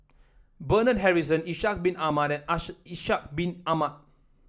Bernard Harrison Ishak Bin Ahmad Ishak Bin Ahmad